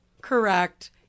Correct